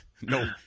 No